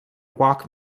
walk